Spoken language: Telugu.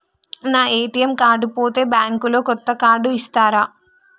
నా ఏ.టి.ఎమ్ కార్డు పోతే బ్యాంక్ లో కొత్త కార్డు ఇస్తరా?